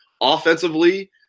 Offensively